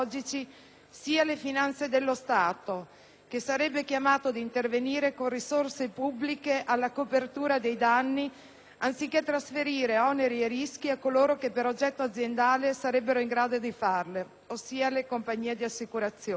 sia le finanze dello Stato il quale sarebbe chiamato ad intervenire con risorse pubbliche alla copertura dei danni, anziché trasferire oneri e rischi a coloro che per oggetto aziendale sarebbero in grado di sostenerli, ossia le compagnie di assicurazione.